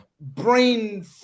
brain